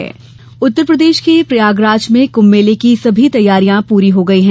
कुंम उत्तर प्रदेश के प्रयागराज में कुम्म मेले की सभी तैयारियां पूरी हो गई हैं